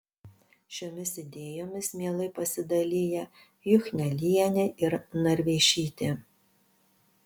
šiomis idėjomis mielai pasidalija juchnelienė ir narveišytė